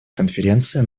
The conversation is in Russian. конференции